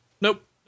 Nope